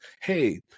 Hey